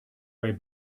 way